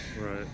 right